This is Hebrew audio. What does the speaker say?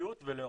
דתיות ולאום.